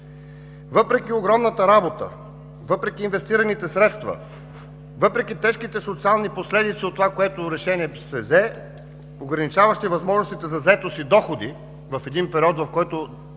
въпреки огромната работа, въпреки инвестираните средства, въпреки тежките социални последици от това решение, което се взе, ограничаващи възможностите за заетост и доходи в един период, в който